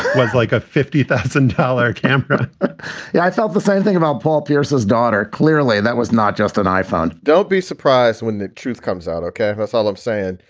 was like a fifty thousand dollar camera yeah, i felt the same thing about paul pierce, his daughter. clearly, that was not just an iphone don't be surprised when the truth comes out, ok? that's all i'm saying.